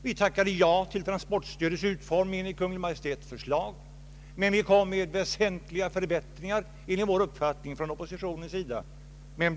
Vi tackade ja till transportstödets utformning enligt Kungl. Maj:ts förslag, men vi kom från oppositionens sida med förslag till väsentliga förbättringar. Våra förslag nedröstades.